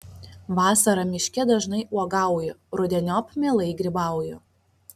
vasarą miške dažnai uogauju rudeniop mielai grybauju